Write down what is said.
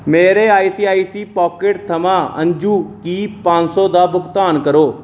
मेरे ICICI pocket थमां अंजु गी पंज सौ दा भुगतान करो